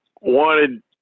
wanted